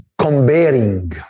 comparing